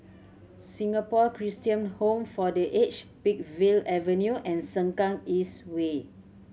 Singapore Christian Home for The Aged Peakville Avenue and Sengkang East Way